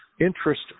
interest